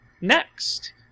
next